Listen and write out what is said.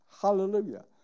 Hallelujah